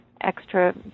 extra